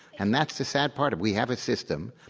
and that's the sad part if we have a system.